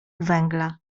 węgla